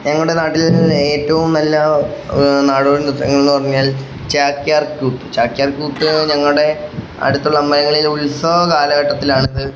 ഞങ്ങളുടെ നാട്ടിൽ ഏറ്റവും നല്ല നാടോടി നൃത്തങ്ങൾ എന്നു പറഞ്ഞാൽ ചാക്യാർക്കൂത്ത് ചാക്യാർക്കൂത്ത് ഞങ്ങളുടെ അടുത്തുള്ള അമ്പലങ്ങളിൽ ഉത്സവ കാലഘട്ടത്തിലാണിത്